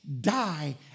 die